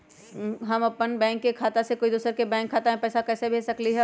हम अपन बैंक खाता से कोई दोसर के बैंक खाता में पैसा कैसे भेज सकली ह?